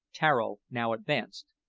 tararo now advanced,